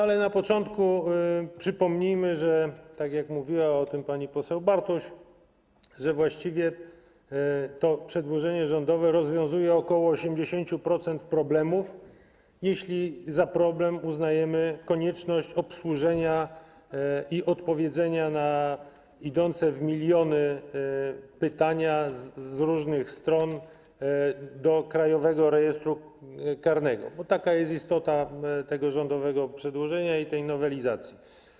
Ale na początku przypomnijmy, że, tak jak mówiła o tym pani poseł Bartuś, właściwie to przedłożenie rządowe rozwiązuje ok. 80% problemów, jeśli za problem uznajemy konieczność obsłużenia i odpowiedzenia na idące w miliony pytania z różnych stron do Krajowego Rejestru Karnego, bo taka jest istota tego rządowego przedłożenia i tej nowelizacji.